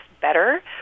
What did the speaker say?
better